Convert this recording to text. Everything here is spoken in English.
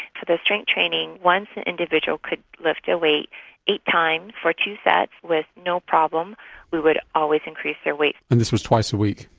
ah the strength training, once an individual could lift a weight eight times for two sets with no problem we would always increase the weight. and this was twice a week?